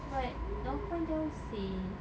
but northpoint jauh seh